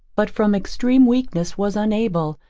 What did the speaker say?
but from extreme weakness was unable,